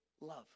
love